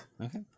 okay